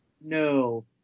No